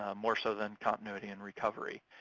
more so than continuity and recovery.